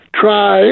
try